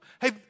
hey